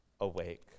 awake